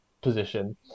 position